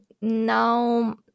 now